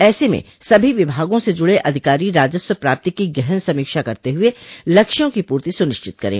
ऐसे में सभी विभागों से जुड़े अधिकारी राजस्व प्राप्ति की गहन समीक्षा करते हुए लक्ष्यों की पूर्ति सुनिश्चित करें